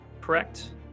correct